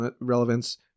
relevance